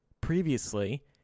previously